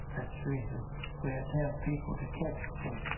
ah so reason we have to have people to catch them.